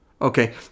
okay